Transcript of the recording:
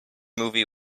movie